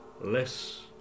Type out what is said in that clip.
less